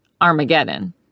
Armageddon